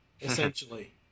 essentially